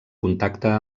contacte